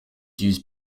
use